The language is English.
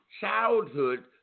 childhood